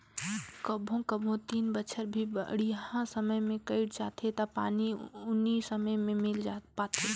कभों कभों तीन बच्छर भी बड़िहा समय मे कइट जाथें त पानी उनी समे मे मिल पाथे